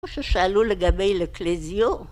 וששאלו לגבי לקלזיו.